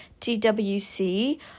TWC